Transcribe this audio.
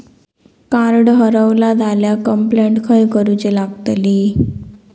Card हरवला झाल्या complaint खय करूची लागतली?